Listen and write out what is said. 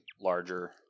Larger